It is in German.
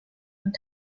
und